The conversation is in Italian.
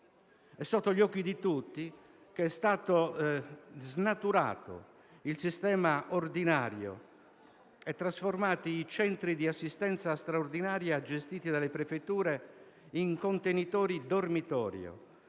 sotto gli occhi di tutti che è stato snaturato il sistema ordinario e i centri di assistenza straordinaria gestiti dalle prefetture trasformati in contenitori dormitorio,